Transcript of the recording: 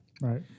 Right